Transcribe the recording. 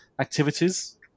activities